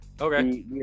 Okay